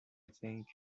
thank